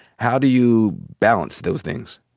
how do you balance those things?